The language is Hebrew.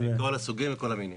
מכל הסוגים ומכל המינים.